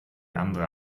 andere